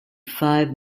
five